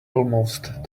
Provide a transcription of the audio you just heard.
almost